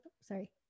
sorry